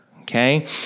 Okay